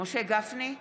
משה גפני,